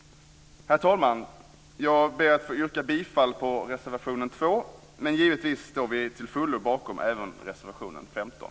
Herr talman! Jag ber att få yrka bifall till reservation 2, men givetvis står vi till fullo bakom även reservation 15.